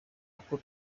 uko